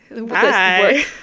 Bye